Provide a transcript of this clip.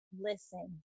listen